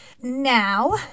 Now